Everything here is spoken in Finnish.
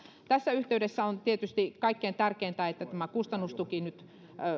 tässä yhteydessä on tietysti kaikkein tärkeintä että tämä kustannustuki nyt